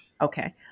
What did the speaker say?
Okay